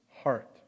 heart